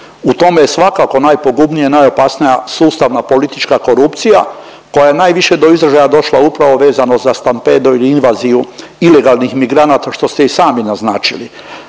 u tome je svakako najpogubnija i najopasnija sustavna politička korupcija koja je najviše do izražaja došla upravo vezano za stampedo i invaziju ilegalnih migranata, što ste i sami naznačili.